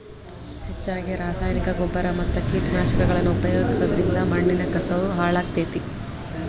ಹೆಚ್ಚಗಿ ರಾಸಾಯನಿಕನ ಗೊಬ್ಬರ ಮತ್ತ ಕೇಟನಾಶಕಗಳನ್ನ ಉಪಯೋಗಿಸೋದರಿಂದ ಮಣ್ಣಿನ ಕಸವು ಹಾಳಾಗ್ತೇತಿ